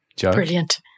Brilliant